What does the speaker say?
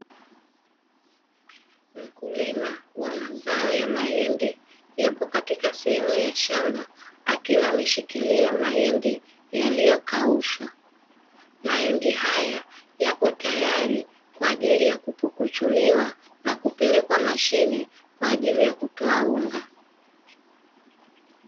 Mkulima wa mazao ya mahindi yupo katika sehemu ya shamba akiwa ameshikilia mahindi yaliyokaushwa, mahindi haya yapo tayari kwa ajili ya kupukuchuliwa na kupelekwa mashine kwa ajili ya kutoa unga.